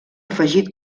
afegit